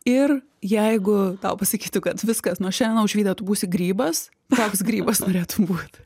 ir jeigu tau pasakytų kad viskas nuo šiendien aušvyde tu būsi grybas koks grybas norėtum būt